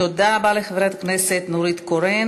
תודה רבה לחברת הכנסת נורית קורן.